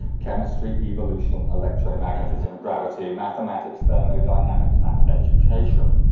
chemistry, evolution, electromagnetism, gravity, mathematics, thermodynamics, and education.